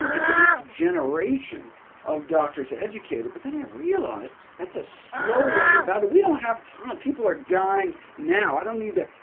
get the next generation of doctors educated, but then i realized that's a slow way about it. we don't have time. people are dying now. i don't need to,